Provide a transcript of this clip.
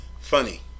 Funny